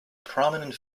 prominent